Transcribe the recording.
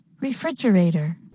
Refrigerator